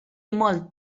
molt